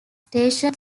station